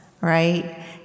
right